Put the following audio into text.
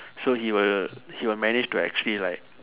so he will he will manage to actually like